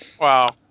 Wow